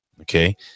okay